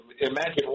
imagine